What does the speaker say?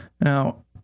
Now